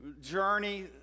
journey